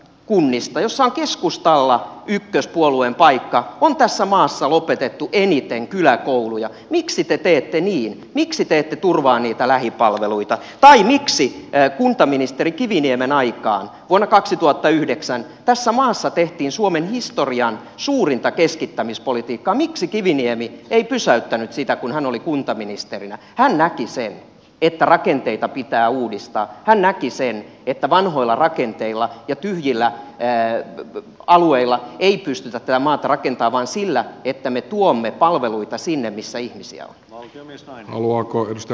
kunnista joissa keskustalla ykköspuolueen paikka on tässä maassa lopetettu eniten kyläkouluja miksi te teette niin miksi te ette turvaa niitä lähipalveluita tai miksi kuntaministeri kiviniemen aikaan vuonna kaksituhattayhdeksän tässä maassa tehtiin suomen historian suurinta keskittämispolitiikkaa miksi kiviniemi ei pysäyttänyt siitä kun hän oli kuntaministerinä ainakin se että rakenteita pitää uudistaa hän näki sen että vanhoilla rakenteilla ja tyhjillä ey alueella ei pysty tätä maata rakentamaan sillä että me tuomme palveluita sinne missä ihmisiä vaan kyvystään haluan korostaa